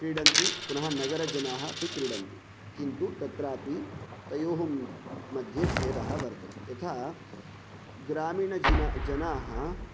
क्रीडन्ति पुनः नगरजनाः अपि क्रीडन्ति किन्तु तत्रापि तयोः मध्ये भेदः वर्तते यथा ग्रामीणजिन जनाः